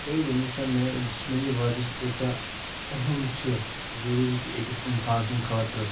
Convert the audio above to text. تُہۍ ؤنِو سا مےٚ جسمٲنی ورزش کۭژہ اہم چھِ ضروٗری چھِ أکِس انسان سٕنٛدِ خٲطرٕ